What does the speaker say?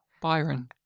Byron